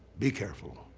be careful.